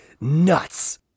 nuts